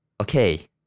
Okay